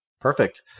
Perfect